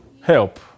help